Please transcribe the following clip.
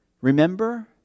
Remember